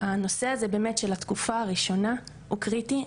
והנושא הזה באמת של התקופה הראשונה הוא קריטי,